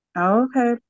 Okay